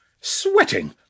Sweating